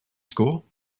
school